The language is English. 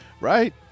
Right